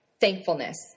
thankfulness